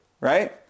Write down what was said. right